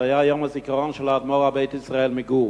זה היה יום הזיכרון של האדמו"ר ה"בית ישראל" מגור.